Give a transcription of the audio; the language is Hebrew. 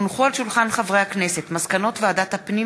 הונחו על שולחן הכנסת מסקנות ועדת הפנים